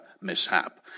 mishap